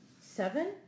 seven